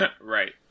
Right